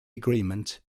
agreement